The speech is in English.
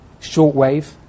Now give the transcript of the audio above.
Shortwave